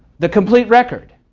the complete record,